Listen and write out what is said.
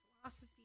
Philosophy